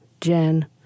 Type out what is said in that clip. Jen